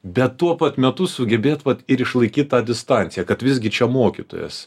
bet tuo pat metu sugebėt vat ir išlaikyti tą distanciją kad visgi čia mokytojas